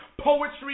Poetry